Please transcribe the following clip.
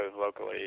locally